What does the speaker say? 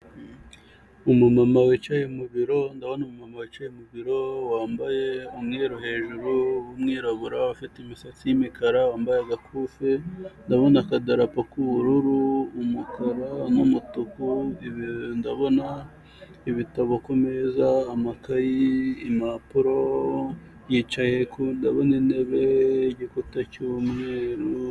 Umumama wicaye mu biro, ndabona umumama wicaye mu biro wambaye umweru hejuru, w'umwirabura, ufite imisatsi yimikara, wambaye agakufi, ndabona akadarapo k'ubururu, umukara, numutuku, ndabona ibitabo kumeza, amakayi, impapuro, yicaye ku ndabona intebe, igikuta cy'umweru.